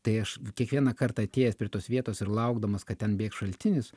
tai aš kiekvieną kartą atėjęs prie tos vietos ir laukdamas kad ten bėgs šaltinis